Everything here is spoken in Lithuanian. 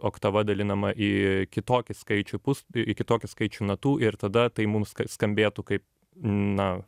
oktava dalinama į kitokį skaičių pus į kitokį skaičių natų ir tada tai mums sk skambėtų kaip na